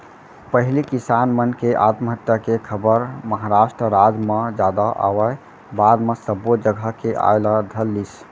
पहिली किसान मन के आत्महत्या के खबर महारास्ट राज म जादा आवय बाद म सब्बो जघा के आय ल धरलिस